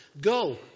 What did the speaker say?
Go